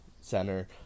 center